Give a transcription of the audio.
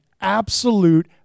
absolute